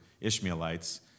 Ishmaelites